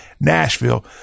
Nashville